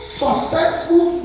successful